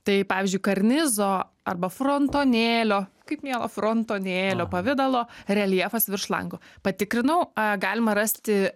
tai pavyzdžiui karnizo arba frontonėlio kaip miela fronto nėlio pavidalo reljefas virš lango patikrinau a galima rasti